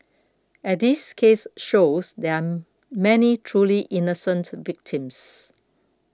as this case shows there are many truly innocent victims